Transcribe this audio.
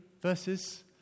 verses